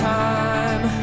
time